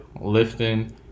lifting